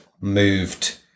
moved